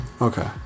Okay